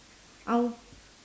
our